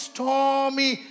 Stormy